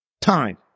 time